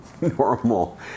normal